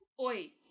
Oi